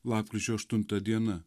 lapkričio aštunta diena